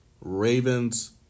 Ravens